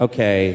Okay